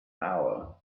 hour